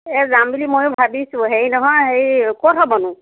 এই যাম বুলি মইয়ো ভাবিছো হেৰি নহয় হেৰি ক'ত হ'বনো